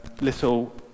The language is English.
little